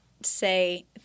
say